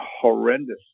horrendous